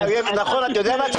אתה יודע מה?